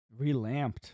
Relamped